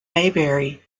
maybury